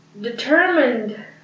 determined